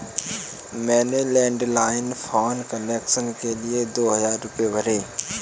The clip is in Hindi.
मैंने लैंडलाईन फोन कनेक्शन के लिए दो हजार रुपए भरे